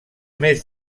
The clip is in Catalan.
més